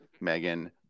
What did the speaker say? megan